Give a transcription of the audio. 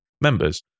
members